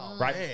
right